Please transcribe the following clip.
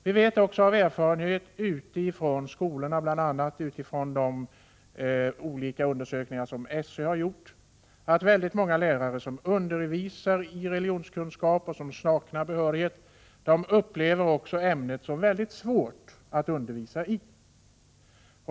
Vi vet också av erfarenheter från skolorna, bl.a. av de olika undersökningar som SÖ gjort, att väldigt många lärare som undervisar i religionskunskap och saknar behörighet upplever ämnet som mycket svårt att undervisa i.